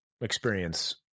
experience